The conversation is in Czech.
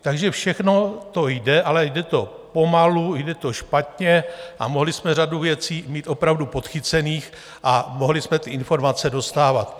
Takže všechno to jde, ale jde to pomalu, jde to špatně, mohli jsme řadu věcí mít opravdu podchycených a mohli jsme ty informace dostávat.